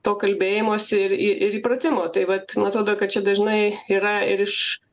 to kalbėjimosi ir į ir įpratimo tai vat man atrodo kad čia dažnai yra ir iš